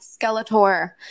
Skeletor